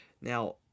Now